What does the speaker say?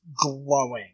glowing